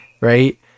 right